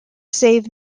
save